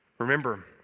Remember